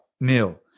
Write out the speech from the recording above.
meal